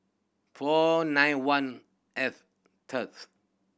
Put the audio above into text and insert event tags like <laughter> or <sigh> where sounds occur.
four nine one F <unintelligible>